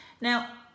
Now